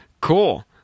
Cool